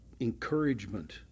encouragement